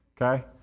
okay